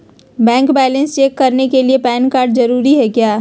Bank balance check करने के लिए पैन कार्ड जरूरी है क्या?